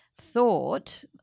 thought